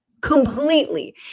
completely